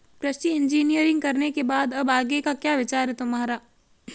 कृषि इंजीनियरिंग करने के बाद अब आगे का क्या विचार है तुम्हारा?